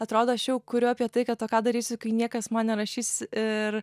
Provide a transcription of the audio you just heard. atrodo aš jau kuriu apie tai kad o ką darysiu kai niekas man nerašys ir